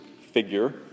figure